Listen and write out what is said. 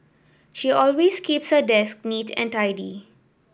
she always keeps her desk neat and tidy